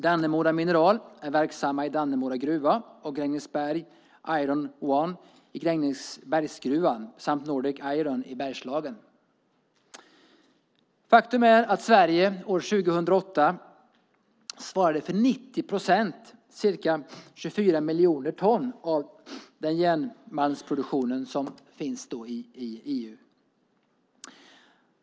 Dannemora Mineral är verksamt i Dannemora gruva, Grängesberg Iron Ore i Grängesbergsgruvan samt Nordic Iron i Bergslagen. Faktum är att Sverige år 2008 svarade för 90 procent, ca 24 miljoner ton, av järnmalmsproduktionen i EU.